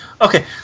okay